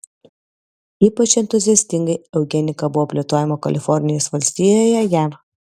ypač entuziastingai eugenika buvo plėtojama kalifornijos valstijoje jav